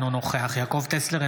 אינו נוכח יעקב טסלר,